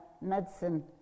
medicine